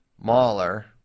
Mahler